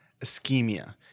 ischemia